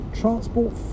transport